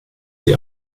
sie